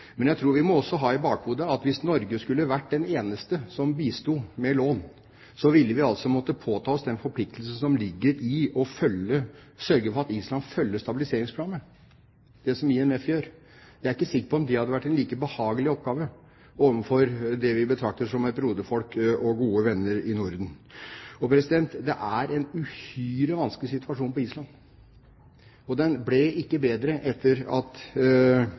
Jeg tror vi også må ha i bakhodet at hvis Norge skulle være den eneste som bisto med lån, ville vi måttet påta oss den forpliktelsen som ligger i å sørge for at Island følger stabiliseringsprogrammet – det som IMF gjør. Jeg er ikke sikker på om det hadde vært en like behagelig oppgave overfor dem vi betrakter som et broderfolk og gode venner i Norden. Det er en uhyre vanskelig situasjon på Island. Den ble ikke bedre etter at